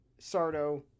Sardo